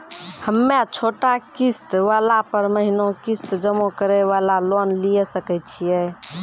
हम्मय छोटा किस्त वाला पर महीना किस्त जमा करे वाला लोन लिये सकय छियै?